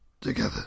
together